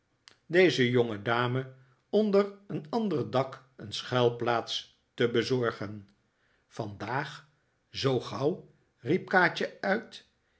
deze jongedame onder een ander dak een schuilplaats te bezorgen vandaag zoo gauw riep kaatje uit